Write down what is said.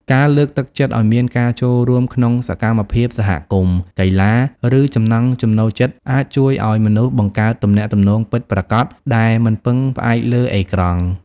ការលើកទឹកចិត្តឱ្យមានការចូលរួមក្នុងសកម្មភាពសហគមន៍ កីឡា ឬចំណង់ចំណូលចិត្តអាចជួយឱ្យមនុស្សបង្កើតទំនាក់ទំនងពិតប្រាកដដែលមិនពឹងផ្អែកលើអេក្រង់។